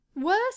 worse